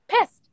pissed